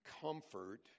comfort